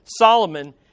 Solomon